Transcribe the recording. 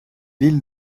ville